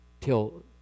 Till